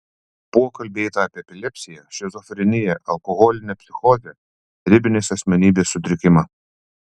buvo kalbėta apie epilepsiją šizofreniją alkoholinę psichozę ribinės asmenybės sutrikimą